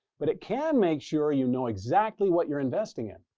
but it can make sure you know exactly what you're investing in.